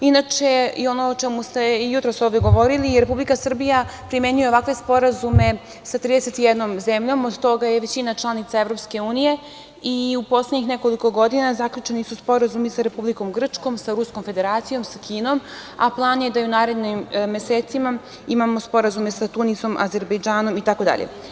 Inače, ono o čemu ste i jutros ovde govorili, Republika Srbija primenjuje ovakve sporazume sa 31 zemljom, od toga je većina članica EU i u poslednjih nekoliko godina zaključeni su sporazumi sa Republikom Grčkom, sa Ruskom Federacijom, sa Kinom, a plan je da i u narednim mesecima imamo sporazume sa Tunisom, Azerbejdžanom, itd.